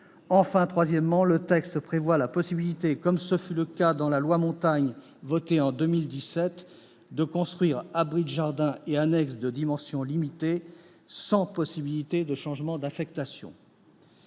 Enfin, le texte prévoit la possibilité, comme ce fut le cas avec la loi Montagne votée en 2016, de construire des abris de jardins et des annexes de dimensions limitées sans possibilité de changement d'affectation.